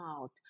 out